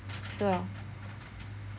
是 lor